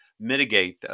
mitigate